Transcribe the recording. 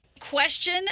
Question